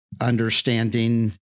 understanding